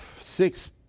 six